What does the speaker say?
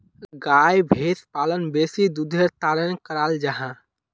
गाय भैंस पालन बेसी दुधेर तंर कराल जाहा